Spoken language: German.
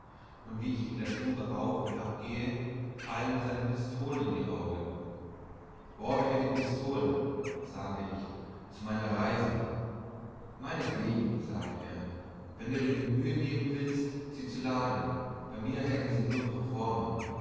und wie ich in der stube auf und ab gehe fallen mir seine pistolen in die augen borge mir die pistolen sagte ich zu meiner reise meinetwegen sagte er wenn du dir die mühe nehmen willst sie zu laden bei mir hängen sie nur